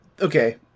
okay